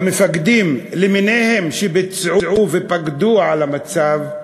המפקדים למיניהם שביצעו ופיקדו על המצב,